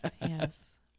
Yes